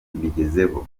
mbigezeho